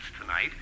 tonight